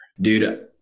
Dude